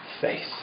faith